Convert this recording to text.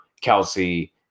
Kelsey